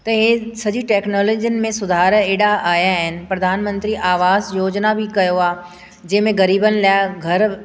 त इहे सॼी टेक्नोलॉजीनि में सुधार एॾा आया आहिनि प्रधानमंत्री आवास योजना बि कयो आहे जंहिं में ग़रीबनि लाइ घर